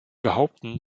behaupten